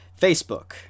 Facebook